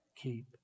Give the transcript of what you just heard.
keep